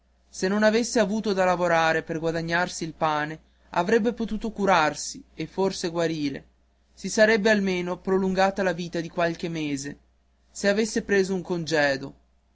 se non avesse avuto da lavorare per guadagnarsi il pane avrebbe potuto curarsi e forse guarire si sarebbe almeno prolungata la vita di qualche mese se avesse preso un congedo